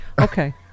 Okay